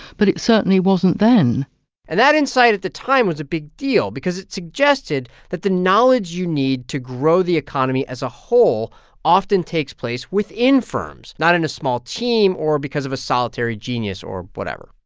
but it certainly wasn't then and that insight at the time was a big deal because it suggested that the knowledge you need to grow the economy as a whole often takes place within firms, not in a small team or because of a solitary genius or whatever.